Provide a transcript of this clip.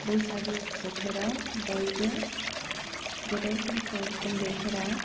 बैसागु बोथोराव बयबो गेदेरफोरखौ उन्दैफोरा